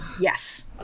Yes